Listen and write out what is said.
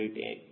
6 0